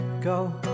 go